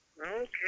Okay